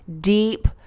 deep